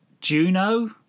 Juno